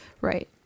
Right